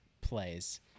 plays